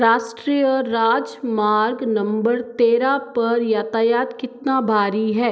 राष्ट्रीय राजमार्ग नम्बर तेरह पर यातायात कितना भारी है